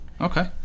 Okay